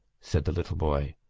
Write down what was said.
said the little boy.